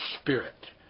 spirit